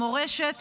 המורשת,